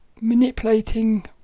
manipulating